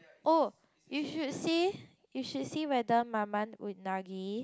oh you should see you should see whether man-man unagi